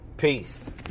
Peace